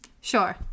Sure